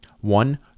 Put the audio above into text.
One